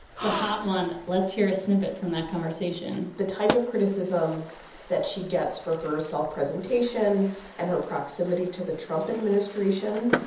so hot one let's hear a snippet from that conversation the type of criticisms that she gets for her self-presentation and her proximity to the trump administration,